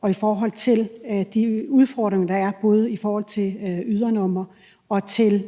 og i forhold til de udfordringer, der er, både i forhold til ydernumre og til